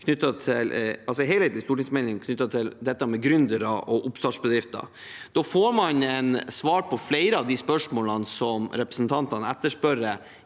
en helhetlig stortingsmelding knyttet til dette med gründere og oppstartsbedrifter. Da får man svar på flere av de spørsmålene som representantene etterspør